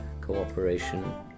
cooperation